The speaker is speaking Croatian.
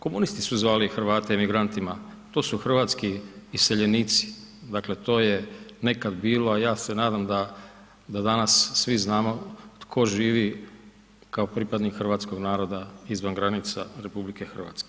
Komunisti su zvali Hrvate emigrantima, to su hrvatski iseljenici, dakle to je nekad bilo a ja se nadam da danas svi znamo tko živi kao pripadnik hrvatskog naroda izvan granica RH.